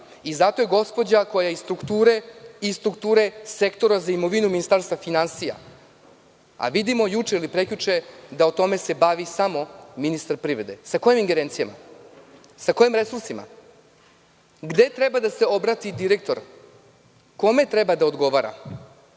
i zato je gospođa koja je iz strukture Sektora za imovinu Ministarstva finansija. A vidimo juče ili preključe da se time bavi samo ministar privrede. Sa kojim ingerencijama? Sa kojim resursima? Gde treba da se obrati direktor? Kome treba da odgovara?